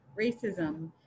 racism